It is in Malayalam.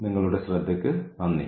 നിങ്ങളുടെ ശ്രദ്ധയ്ക്ക് നന്ദി